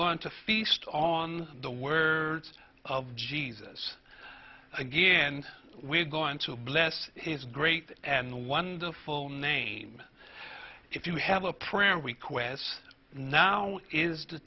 going to feast on the words of jesus again we're going to bless is great and wonderful name if you have a prayer requests now is the